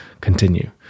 continue